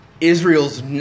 Israel's